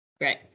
Great